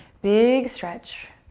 big stretch.